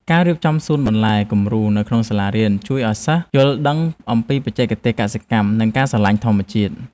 ការរៀបចំសួនបន្លែគំរូនៅក្នុងសាលារៀនជួយឱ្យសិស្សយល់ដឹងអំពីបច្ចេកទេសកសិកម្ម និងការស្រឡាញ់ធម្មជាតិ។